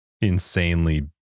insanely